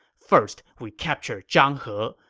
first we capture zhang he,